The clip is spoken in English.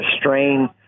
strain